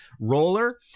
Roller